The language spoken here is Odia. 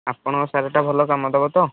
ଆପଣଙ୍କ ସାରଟା ଭଲ କାମ ଦେବ ତ